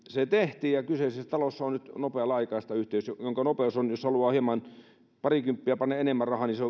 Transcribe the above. se tehtiin ja kyseisessä talossa on nyt nopea laajakaistayhteys jonka jonka nopeus on jos haluaa parikymppiä panna enemmän rahaa